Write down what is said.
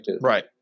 right